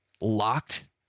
locked